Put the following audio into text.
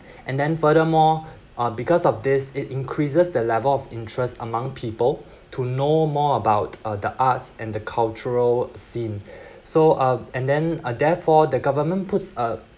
and then furthermore uh because of this it increases the level of interest among people to know more about uh the arts and the cultural scene so uh and then therefore the government puts a